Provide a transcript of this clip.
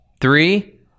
three